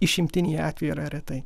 išimtiniai atvejai yra retai